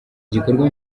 gikorwa